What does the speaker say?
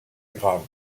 grave